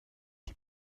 die